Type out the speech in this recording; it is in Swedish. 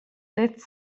det